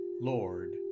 Lord